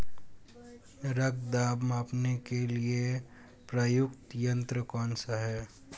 रक्त दाब मापने के लिए प्रयुक्त यंत्र कौन सा है?